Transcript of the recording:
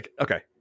okay